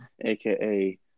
aka